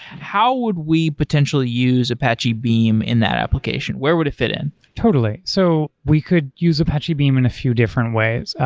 how would we potentially use apache beam in the application? where would it fit in? totally. so we could use apache beam in a few different ways.